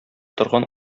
торган